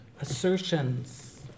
assertions